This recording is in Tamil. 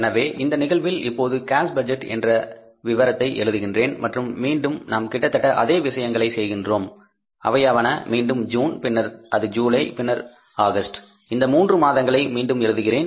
எனவே இந்த நிகழ்வில் இப்போது கேஸ் பட்ஜெட் என்ற விவரத்தை எழுதுகின்றேன் மற்றும் மீண்டும் நாம் கிட்டத்தட்ட அதே விஷயங்களைச் செய்கிறோம் அவையாவன மீண்டும் ஜூன் பின்னர் அது ஜூலை பின்னர் ஆகஸ்ட் இந்த மூன்று மாதங்களை மீண்டும் எழுதுகின்றேன்